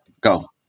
go